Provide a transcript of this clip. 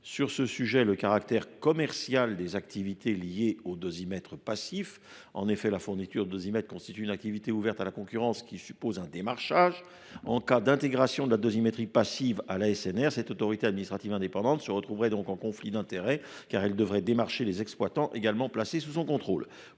sur ce sujet, le caractère commercial des activités liées aux dosimètres passifs. En effet, la fourniture de dosimètres constitue une activité ouverte à la concurrence, qui suppose un démarchage. En cas d’intégration de la dosimétrie passive au sein de l’ASNR, cette autorité administrative indépendante se retrouverait donc en situation de conflit d’intérêts, car elle devrait démarcher les exploitants également placés sous son contrôle.